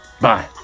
Bye